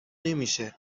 نمیشه